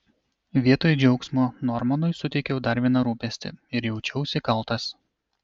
vietoj džiaugsmo normanui suteikiau dar vieną rūpestį ir jaučiausi kaltas